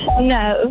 No